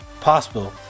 possible